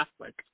Catholic